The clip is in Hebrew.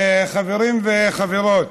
חברים וחברות,